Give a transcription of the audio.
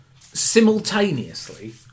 simultaneously